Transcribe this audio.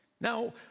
Now